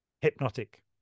hypnotic